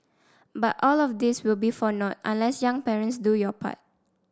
but all of this will be for nought unless young parents do your part